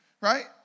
right